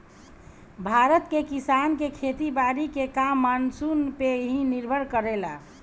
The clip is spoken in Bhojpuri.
भारत के किसान के खेती बारी के काम मानसून पे ही निर्भर करेला